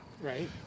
Right